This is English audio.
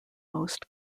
most